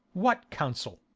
what consul?